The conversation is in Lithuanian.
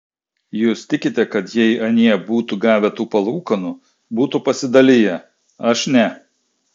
jūs tikite kad jei anie būtų gavę tų palūkanų būtų pasidaliję aš ne